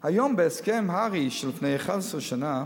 היום, לפי הסכם הר"י מלפני 11 שנה,